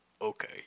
okay